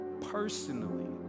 personally